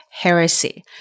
Heresy